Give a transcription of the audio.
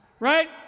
Right